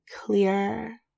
clear